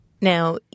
Now